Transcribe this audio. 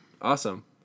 Awesome